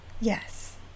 Yes